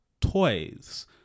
toys